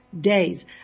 days